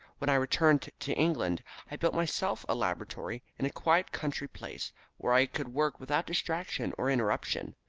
when i returned to england i built myself a laboratory in a quiet country place where i could work without distraction or interruption.